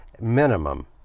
minimum